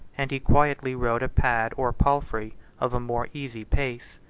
and he quietly rode a pad or palfrey of a more easy pace.